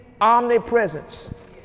omnipresence